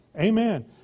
Amen